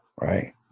Right